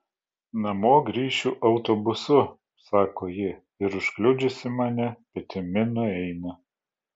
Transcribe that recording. namo grįšiu autobusu sako ji ir užkliudžiusi mane petimi nueina